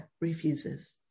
refuses